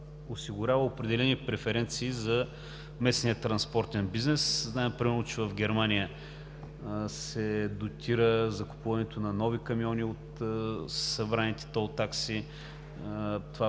осигурява определени преференции за местния транспортен бизнес. Знае се примерно, че в Германия се дотира закупуването на нови камиони от събраните тол такси. Това